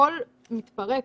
הכול מתפרק.